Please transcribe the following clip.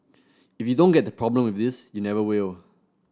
if you don't get the problem with this you never will